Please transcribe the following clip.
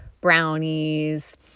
brownies